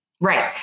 Right